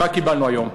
מה קיבלנו היום?